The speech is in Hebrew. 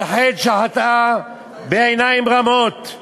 על חטא שחטאה בעיניים רמות,